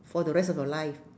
for the rest of your life